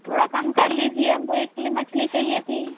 थोड़ा कम कर लीजिए हम को एक कीली मछली चाहिए थी